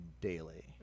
daily